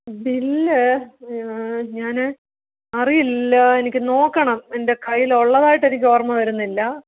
bill ഞാൻ അറിയില്ല എനിക്ക് നോക്കണം എൻ്റെ കയ്യിൽ ഉള്ളതായിട്ട് എനിക്ക് ഓർമ വരുന്നില്ല